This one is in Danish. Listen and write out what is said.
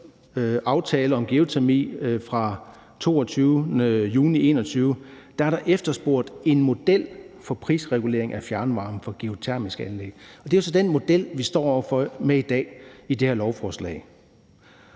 aftale om geotermi fra den 22. juni 2021 er der efterspurgt en model for prisregulering af fjernvarme fra geotermiske anlæg, og det er jo så den model, vi står med i dag i det her lovforslag.